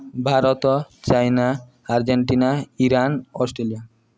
Bharat China Argentina Iran Australia